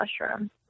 mushroom